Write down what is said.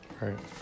Right